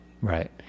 right